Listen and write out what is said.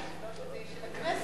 המטרה היא שזה לא יהיה של הכנסת,